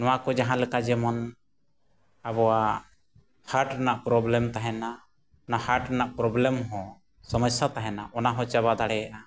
ᱱᱚᱣᱟ ᱠᱚ ᱡᱟᱦᱟᱸ ᱞᱮᱠᱟ ᱡᱮᱢᱚᱱ ᱟᱵᱚᱣᱟᱜ ᱦᱟᱴ ᱨᱮᱱᱟ ᱯᱨᱚᱵᱮᱞᱮᱢ ᱛᱟᱦᱮᱱᱟ ᱚᱱᱟ ᱦᱟᱴ ᱨᱮᱱᱟᱜ ᱯᱨᱚᱵᱮᱞᱮᱢ ᱦᱚᱸ ᱥᱚᱢᱚᱥᱟ ᱛᱟᱦᱮᱱᱟ ᱚᱱᱟ ᱦᱚᱸ ᱪᱟᱵᱟ ᱫᱟᱲᱮᱭᱟᱜᱼᱟ